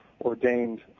ordained